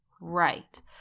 right